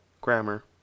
Grammar